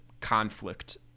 conflict